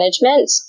management